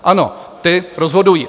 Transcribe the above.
Ano, ti rozhodují.